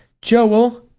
joel!